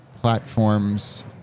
platforms